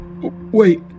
Wait